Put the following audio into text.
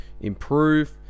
improve